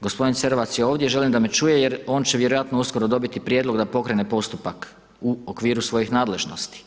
gospodin Cerovac je ovdje i želim da me čuje jer on će vjerojatno uskoro dobiti i prijedlog da pokrene postupak u okviru svojih nadležnosti.